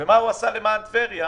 ומה הוא עשה למען טבריה,